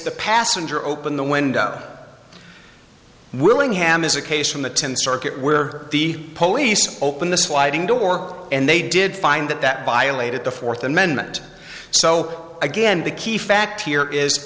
the passenger opened the window willingham is a case from the tenth circuit where the police opened the sliding door and they did find that that violated the fourth amendment so again the key fact here is